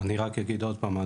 אני רק אגיד עוד פעם,